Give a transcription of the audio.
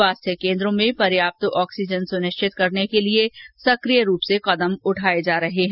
स्वास्थ्य केन्द्रों में पर्याप्त ऑक्सीजन सुनिश्चित करने के लिए सक्रिय रूप से कदम उठाए जा रहे हैं